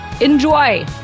Enjoy